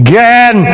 Again